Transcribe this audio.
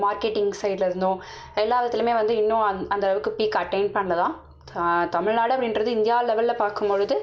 marketing சைடுலேருந்தும் எல்லா விதத்துலேயுமே வந்து இன்னும் அந்த அளவுக்கு பீக் அட்டைன் பண்ணல தான் தமிழ்நாடு அப்படின்றது இந்தியா லெவலில் பார்க்கும் பொழுது